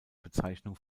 bezeichnung